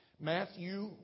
Matthew